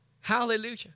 Hallelujah